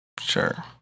Sure